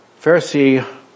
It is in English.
Pharisee